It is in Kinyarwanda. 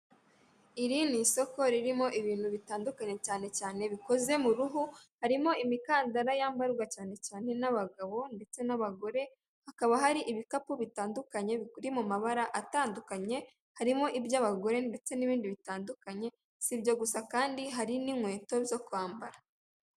Iri ni isoko ririmo ibintu bitandukanye cyane cyane bikoze mu ruhu harimo imikandara yambarwa cyane cyane n'abagabo ndetse n'abagore hakaba hari ibikapu bitandukanye biri mu mabara atandukanye harimo iby'abagore ndetse n'ibindi bitandukanye, si ibyo gusa kandi hari n'inkweto zo kwambara.